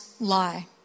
lie